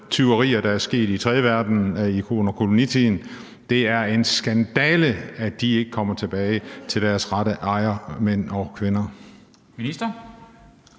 tyverier, der er sket i den tredje verden under kolonitiden. Det er en skandale, at de ikke kommer tilbage til deres rette ejermænd og -kvinder.